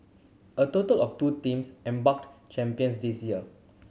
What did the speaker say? a total of two teams champions this year